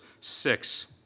six